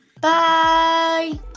Bye